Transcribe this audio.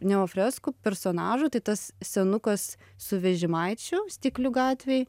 neofreskų personažų tai tas senukas su vežimaičiu stiklių gatvėj